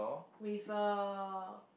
with a